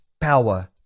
power